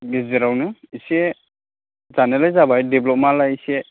गेजेरावनो एसे जानायलाय जाबाय डेभेलपआलाय एसे